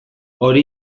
hori